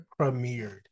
premiered